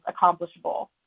accomplishable